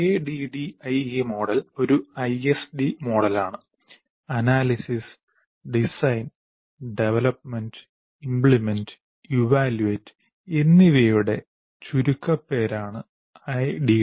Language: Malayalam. ADDIE മോഡൽ ഒരു ISD മോഡൽ ആണ് analysis design development implement evaluate എന്നിവയുടെ ചുരുക്കമാണ് ADDIE